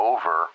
Over